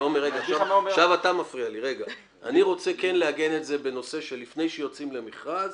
אני רוצה לעגן את זה שלפני שיוצאים למכרז